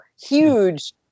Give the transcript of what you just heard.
huge